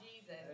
Jesus